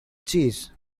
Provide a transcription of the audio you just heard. cheese